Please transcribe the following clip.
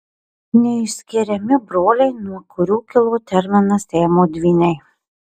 neišskiriami broliai nuo kurių kilo terminas siamo dvyniai